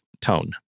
tone